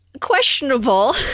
Questionable